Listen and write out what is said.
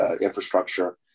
infrastructure